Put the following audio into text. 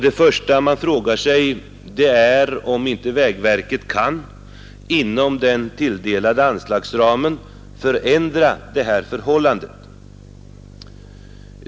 Det första man frågar sig är om inte vägverket kan inom den tilldelade anslagsramen förändra detta förhållande.